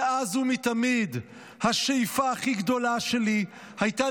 מאז ומתמיד השאיפה הכי גדולה שלי הייתה